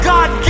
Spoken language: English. God